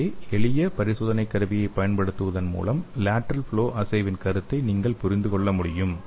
எனவே எளிய பரிசோதனையைப் பயன்படுத்துவதன் மூலம் லேடெரல் ஃப்ளொ அஸ்ஸேவின் கருத்தை நீங்கள் புரிந்து கொள்ள முடியும்